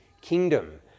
kingdom